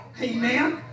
Amen